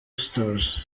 stars